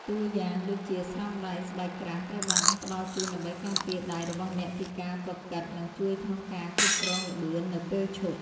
តួយ៉ាងដូចជា ស្រោមដៃស្បែកក្រាស់ត្រូវបានផ្ដល់ជូនដើម្បីការពារដៃរបស់អ្នកពីការកកិត និងជួយក្នុងការគ្រប់គ្រងល្បឿននៅពេលឈប់។